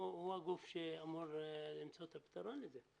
הוא הגוף שאמור למצוא את הפתרון לזה.